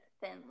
thin